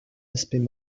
aspect